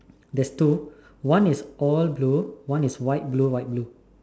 there is two one is all blue one is white blue white blue